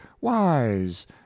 wise